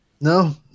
No